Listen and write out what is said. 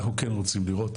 אנחנו כן רוצים לראות